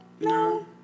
no